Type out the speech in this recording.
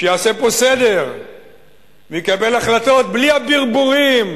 שיעשה פה סדר ויקבל החלטות בלי הברבורים,